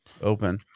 open